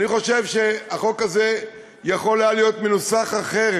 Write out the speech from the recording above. אני חושב שהחוק הזה יכול היה להיות מנוסח אחרת,